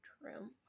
True